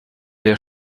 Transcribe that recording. der